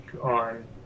on